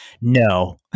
no